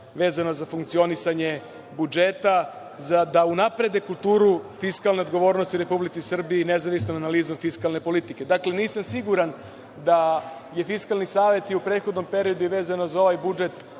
vezano za funkcionisanje budžeta, da unaprede kulturu fiskalne odgovornosti u Republici Srbiji nezavisnom analizom fiskalne politike. Dakle, nisam siguran da je Fiskalni savet i u prethodnom periodu i vezano za ovaj budžet